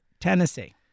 Tennessee